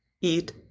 eat